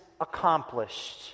accomplished